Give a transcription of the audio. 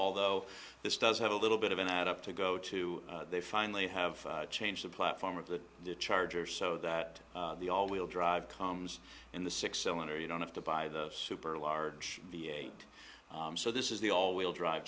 although this does have a little bit of an add up to go to they finally have changed the platform of the charger so that the all wheel drive comes in the six cylinder you don't have to buy the super large v eight so this is the all wheel drive